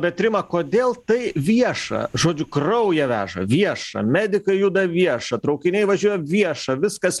bet rima kodėl tai vieša žodžiu kraują veža vieša medikai juda vieša traukiniai važiuoja vieša viskas